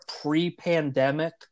pre-pandemic